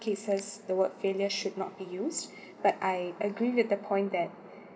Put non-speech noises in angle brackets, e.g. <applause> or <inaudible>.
cases the word failure should not be used <breath> but I agree with the point that